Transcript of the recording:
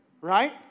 right